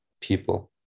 people